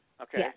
Okay